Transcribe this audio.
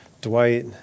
Dwight